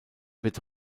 wird